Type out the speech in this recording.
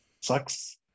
sucks